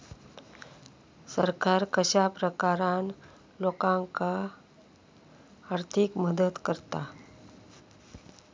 सरकार कश्या प्रकारान लोकांक आर्थिक मदत करता?